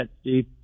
Steve